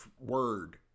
word